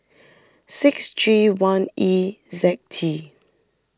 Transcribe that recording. six G one E Z T